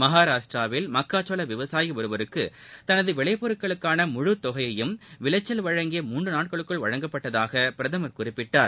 மகாராஷ்ட்ராவில் மக்காச்சோளவிவசாயிஒருவருக்குதனதுவிளைபொருட்களுக்கானமுழுத் தொகையையும் விளைச்சல் வழங்கிய மூன்றுநாட்களுக்குள் வழங்கப்பட்டதாகபிரதமர் குறிப்பிட்டார்